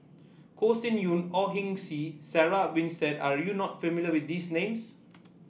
Con Sin Yun Au Hing Yee Sarah Winstedt are you not familiar with these names